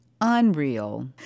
Unreal